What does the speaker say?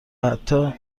حتا